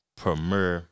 premier